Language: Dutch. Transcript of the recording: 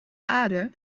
aarde